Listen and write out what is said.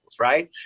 right